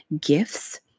gifts